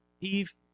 Eve